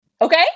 Okay